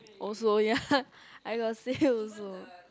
also ya I got say also